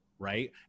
right